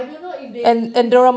I don't know if they live there